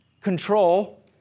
control